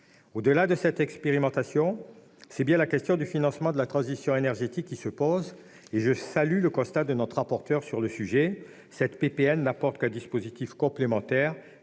Au-delà de cette expérimentation, c'est bien la question du financement de la transition énergétique qui se pose, et je salue le constat de notre rapporteure à ce sujet : cette proposition de loi ne représente qu'« un dispositif complémentaire